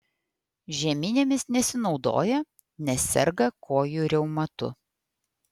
žeminėmis nesinaudoja nes serga kojų reumatu